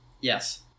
Yes